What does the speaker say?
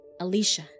Alicia